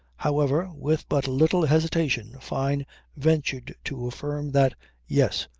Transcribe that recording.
however, with but little hesitation fyne ventured to affirm that yes,